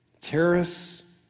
Terrorists